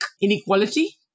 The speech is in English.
inequality